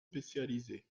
spécialisée